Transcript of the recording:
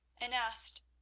and asked,